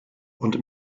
und